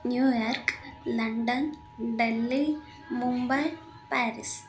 New York London Delhi Mumbai Paris